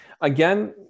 again